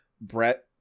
Brett